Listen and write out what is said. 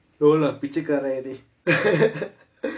oh I பிச்சைக்காரன்:pichaikaaraen already